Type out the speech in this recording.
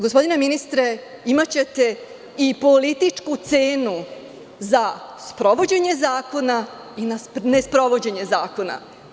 Gospodine ministre, imaćete i političku cenu za sprovođenje zakona i za nesprovođenje zakona.